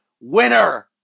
winner